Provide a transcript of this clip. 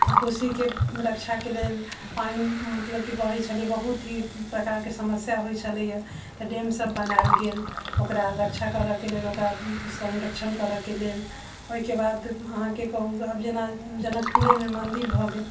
तऽ कोशीके रक्षाके लेल पानि मतलब कि बहैत छलै बहुत ही प्रकारके समस्या होइत छलैया तऽ डेम सभ बनायल गेल ओकरा रक्षा करऽके लेल ओकरा संरक्षण करके लेल ओहिके बाद अहाँकेँ कहूँ आब जेना जनकपुरेमे मन्दिर भए गेल